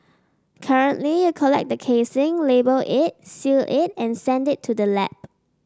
currently you collect the casing label it seal it and send it to the lab